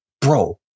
Bro